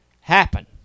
happen